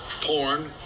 porn